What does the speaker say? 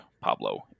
Pablo